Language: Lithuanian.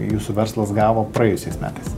jūsų verslas gavo praėjusiais metais